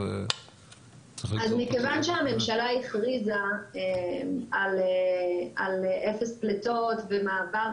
מכיוון שהממשלה הכריזה על 0 פליטות ומעבר,